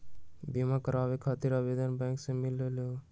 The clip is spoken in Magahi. बिमा कराबे खातीर आवेदन बैंक से मिलेलु?